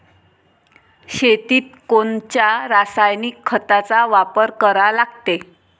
शेतीत कोनच्या रासायनिक खताचा वापर करा लागते?